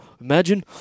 Imagine